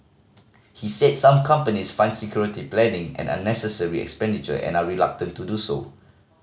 he said some companies find security planning an unnecessary expenditure and are reluctant to do so